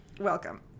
Welcome